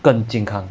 更健康